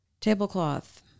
tablecloth